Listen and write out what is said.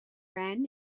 ran